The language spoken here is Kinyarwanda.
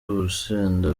urusenda